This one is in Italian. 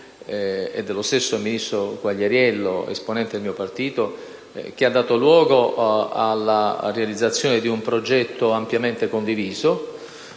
e dello stesso ministro Quagliariello, esponente del mio partito, che ha dato luogo alla realizzazione di un progetto ampiamente condiviso,